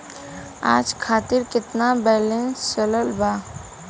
आज खातिर केतना बैलैंस बचल बा?